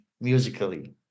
musically